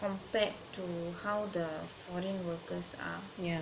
compared to how the foreign workers are